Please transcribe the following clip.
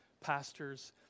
pastors